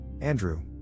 Andrew